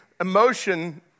emotion